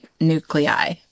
nuclei